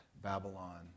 Babylon